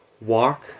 walk